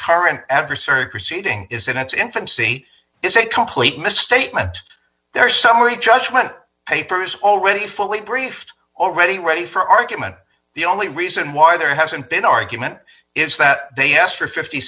current adversarial proceeding is in its infancy is a complete misstatement their summary judgment papers already fully briefed already ready for argument the only reason why there hasn't been argument is that they asked for fi